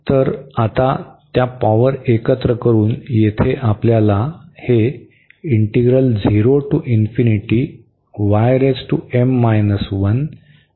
तर आता त्या पॉवर एकत्र करून येथे आपल्याकडे हे आहे